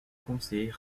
conseiller